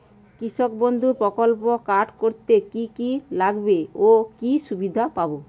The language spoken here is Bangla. কৃষক বন্ধু প্রকল্প কার্ড করতে কি কি লাগবে ও কি সুবিধা পাব?